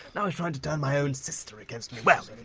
now he's trying to turn my own sister against me. well,